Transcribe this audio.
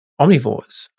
omnivores